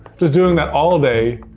just doing that all day,